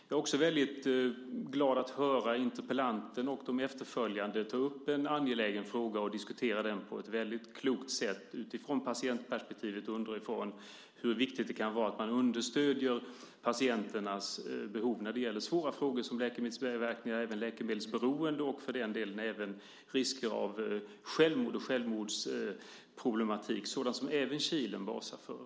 Jag är också väldigt glad att höra interpellanten och de efterföljande ta upp en angelägen fråga och diskutera den på ett klokt sätt utifrån patientperspektivet, underifrån, och hur viktigt det kan vara att man understöder patienternas behov när det gäller svåra frågor som läkemedelsbiverkningar, läkemedelsberoende och för den delen även risken för självmord och självmordsproblematik, sådant som även Kilen basar för.